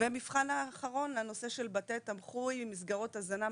והמבחן האחרון לנושא של בתי תמחוי עם מסגרות הזנה,